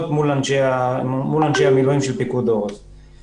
אל מול אנשי המילואים של פיקוד העורף.